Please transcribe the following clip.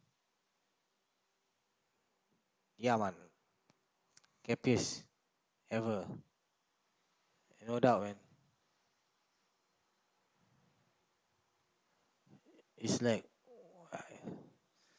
ya man happiest ever no doubt man it's like